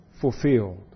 fulfilled